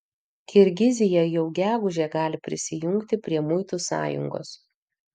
kirgizija jau gegužę gali prisijungti prie muitų sąjungos